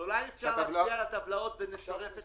--- אולי אפשר להצביע על הטבלאות ונצרף את